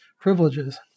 privileges